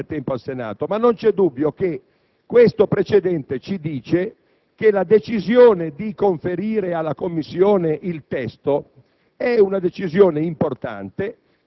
Signor Presidente, non voglio far perdere tempo al Senato, ma non c'è dubbio che questo precedente ci dice che la decisione di conferire il testo